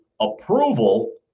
approval